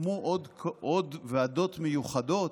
הוקמו עוד ועדות מיוחדות,